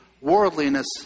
worldliness